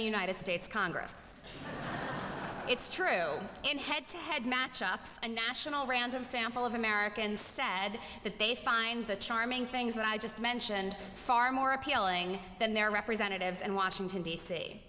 the united states congress it's trail in head to head match ups and national random sample of americans sad that they find the charming things that i just mentioned far more appealing than their representatives in washington d